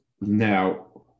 now